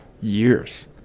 years